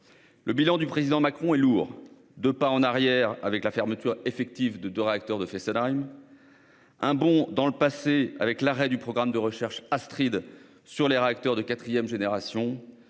Le bilan du président Macron est lourd : deux pas en arrière avec la fermeture effective des deux réacteurs de Fessenheim, un bond dans le passé avec l'arrêt du programme de recherche Astrid sur les réacteurs de quatrième génération